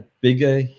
bigger